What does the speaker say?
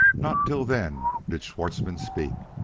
not till then did schwartzmann speak.